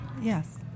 Yes